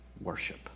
worship